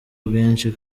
bwinshi